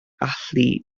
allu